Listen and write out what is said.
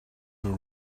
will